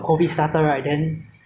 so this kind of viruses will